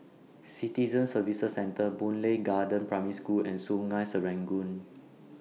Citizen Services Centre Boon Lay Garden Primary School and Sungei Serangoon